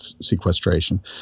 sequestration